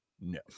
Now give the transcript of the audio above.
No